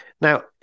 now